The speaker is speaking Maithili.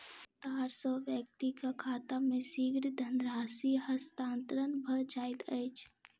तार सॅ व्यक्तिक खाता मे शीघ्र धनराशि हस्तांतरण भ जाइत अछि